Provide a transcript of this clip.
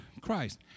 Christ